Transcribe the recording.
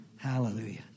Hallelujah